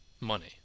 money